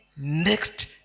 next